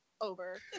over